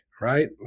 right